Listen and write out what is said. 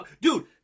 Dude